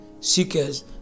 seekers